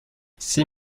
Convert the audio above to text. six